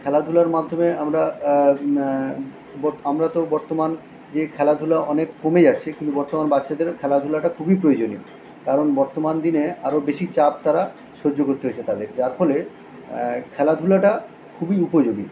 খেলাধুলার মাধ্যমে আমরা বর আমরা তো বর্তমান যে খেলাধুলা অনেক কমে যাচ্ছে কিন্তু বর্তমান বাচ্চাদেরও খেলাধুলাটা খুবই প্রয়োজনীয় কারণ বর্তমান দিনে আরো বেশি চাপ তারা সহ্য করতে চা পারে যার ফলে খেলাধুলাটা খুবই উপযোগী